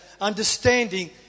understanding